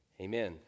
Amen